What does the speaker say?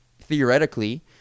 theoretically